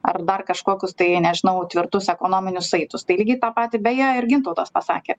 ar dar kažkokius tai nežinau tvirtus ekonominius saitus tai lygiai tą patį beje ir gintautas pasakė